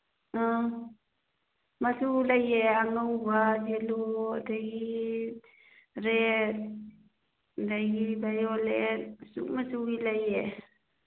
ꯑ ꯃꯆꯨ ꯂꯩꯌꯦ ꯑꯉꯧꯕ ꯌꯦꯂꯣ ꯑꯗꯨꯗꯒꯤ ꯔꯦꯠ ꯑꯗꯨꯗꯒꯤ ꯚꯥꯏꯌꯣꯂꯦꯠ ꯃꯆꯨ ꯃꯆꯨꯒꯤ ꯂꯩꯌꯦ